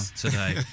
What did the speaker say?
today